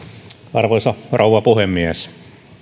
arvoisa rouva puhemies